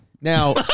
Now